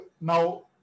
now